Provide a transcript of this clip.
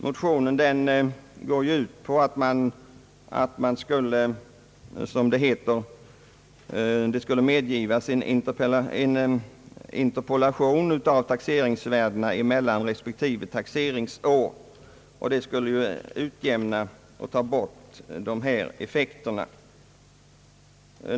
Motionerna går ut på att det skulle medgivas en interpolation av taxeringsvärdena för respektive taxeringsår, och det skulle ju utjämna och ta bort de här effekterna.